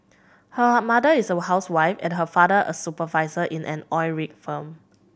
her mother is a housewife and her father a supervisor in an oil rig firm